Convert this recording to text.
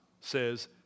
says